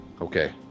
Okay